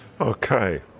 Okay